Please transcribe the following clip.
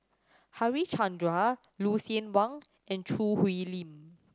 Harichandra Lucien Wang and Choo Hwee Lim